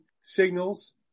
signals